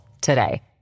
today